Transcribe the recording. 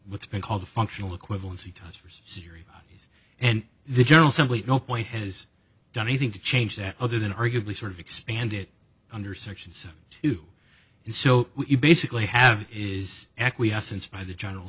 what's been called the functional equivalency transfers syria has and the general simply no point has done anything to change that other than arguably sort of expanded under section seven two and so you basically have is acquiescence by the general